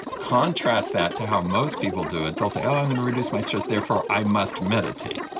contrast that to how most people do it, they'll say, oh, i'm going to reduce my stress, therefore i must meditate.